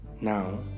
now